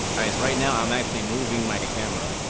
buys right now i'm actually moving my camera